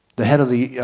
the head of the